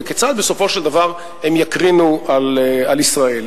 וכיצד בסופו של דבר הם יקרינו על ישראל.